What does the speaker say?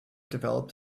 developed